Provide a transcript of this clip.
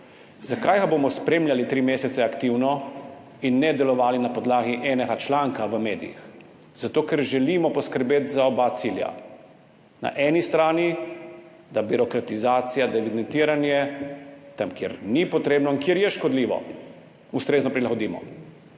Zakaj ga bomo tri mesece aktivno spremljali in ne delovali na podlagi enega članka v medijih? Zato, ker želimo poskrbeti za oba cilja – na eni strani, da birokratizacija, evidentiranje tam, kjer ni potrebno in kjer je škodljivo, ustrezno prilagodimo,